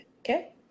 Okay